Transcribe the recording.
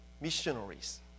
missionaries